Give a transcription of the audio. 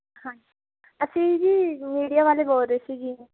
ਹਾਂਜ ਅਸੀਂ ਜੀ ਮੀਡੀਆ ਵਾਲੇ ਬੋਲ ਰਹੇ ਸੀਗੇ